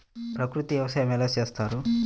ప్రకృతి వ్యవసాయం ఎలా చేస్తారు?